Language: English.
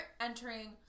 entering